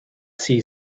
see